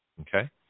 Okay